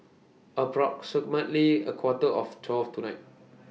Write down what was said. approximately A Quarter to twelve tonight